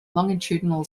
longitudinal